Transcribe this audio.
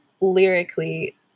lyrically